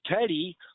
Teddy